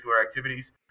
activities